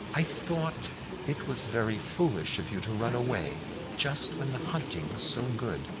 i thought it was very foolish of you to run away just when the hunting was so good,